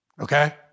Okay